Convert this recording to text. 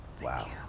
Wow